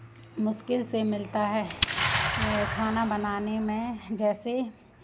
मुश्किल से मिलता है खाना बनाने में जैसे